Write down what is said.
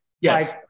Yes